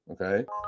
okay